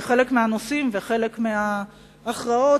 מחלק מהנושאים ומחלק מההכרעות,